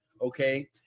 Okay